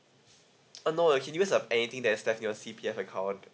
uh no you can use of anything that's left in your C_P_F account